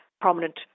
prominent